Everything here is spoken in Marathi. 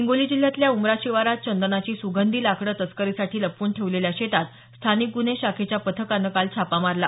हिंगोली जिल्ह्यातल्या उमरा शिवारात चंदनाची सुगंधी लाकडं तस्करीसाठी लपवून ठेवलेल्या शेतात स्थानिक गुन्हे शाखेच्या पथकानं काल छापा मारला